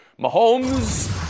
Mahomes